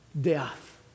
death